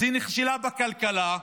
אז היא נכשלה בכלכלה,